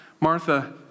Martha